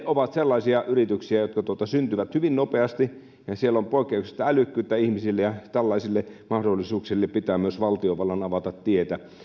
ovat sellaisia yrityksiä jotka syntyvät hyvin nopeasti siellä on poikkeuksellista älykkyyttä ihmisillä ja tällaisille mahdollisuuksille pitää myös valtiovallan avata tietä